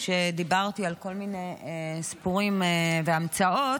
שדיברתי על כל מיני סיפורים והמצאות,